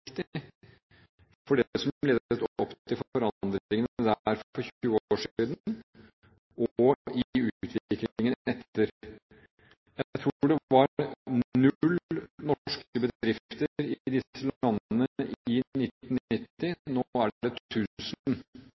for det som ledet opp til forandringene der for 20 år siden og i utviklingen etter. Jeg tror det var null norske bedrifter i disse landene i 1990, nå er det